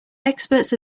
experts